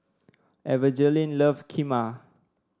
Evangeline love Kheema